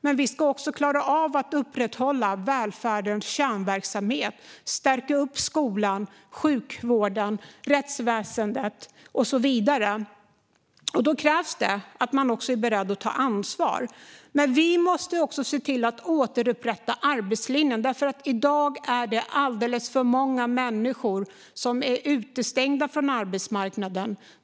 Men vi ska även klara av att upprätthålla välfärdens kärnverksamhet och stärka skolan, sjukvården, rättsväsendet och så vidare. Då krävs det också att man är beredd att ta ansvar. Men vi måste också se till att återupprätta arbetslinjen. I dag är det alldeles för många människor som är utestängda från arbetsmarknaden.